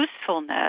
usefulness